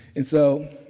and so,